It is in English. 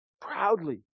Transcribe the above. proudly